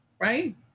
Right